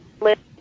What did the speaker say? list